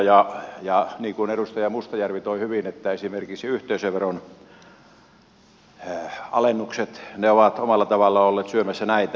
ja niin kuin edustaja mustajärvi toi hyvin esiin esimerkiksi yhteisöveron alennukset ovat omalla tavallaan olleet syömässä näitä